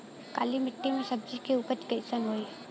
काली मिट्टी में सब्जी के उपज कइसन होई?